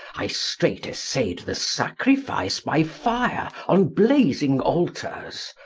i straight essayed the sacrifice by fire on blazing altars,